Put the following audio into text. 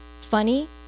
funny